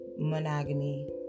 monogamy